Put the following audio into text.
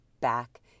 back